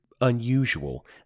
unusual